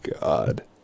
God